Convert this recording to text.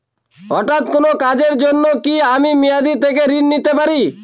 হঠাৎ কোন কাজের জন্য কি আমি মেয়াদী থেকে ঋণ নিতে পারি?